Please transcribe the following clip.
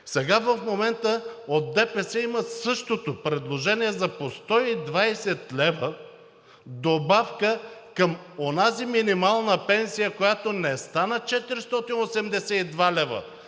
Сега в момента от ДПС имат същото предложение за по 120 лв. добавка към онази минимална пенсия, която не стана 482 лв.,